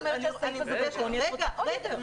אינו נושא מחסום על פיו ואינו קשור ברצועה או בשרשרת.